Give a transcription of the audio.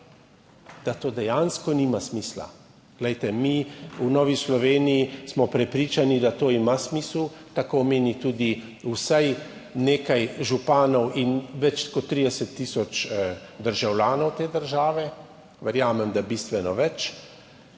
da to dejansko nima smisla. Mi v Novi Sloveniji smo prepričani, da to ima smisel, tako meni vsaj nekaj županov in več kot 30 tisoč državljanov te države, verjamem, da bistveno več,